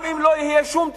גם אם לא יהיה שום תכנון,